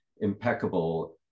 impeccable